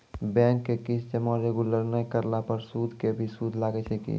Bank के किस्त जमा रेगुलर नै करला पर सुद के भी सुद लागै छै कि?